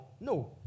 No